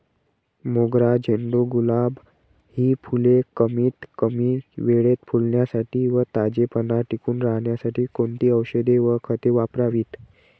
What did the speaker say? मोगरा, झेंडू, गुलाब हि फूले कमीत कमी वेळेत फुलण्यासाठी व ताजेपणा टिकून राहण्यासाठी कोणती औषधे व खते वापरावीत?